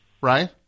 right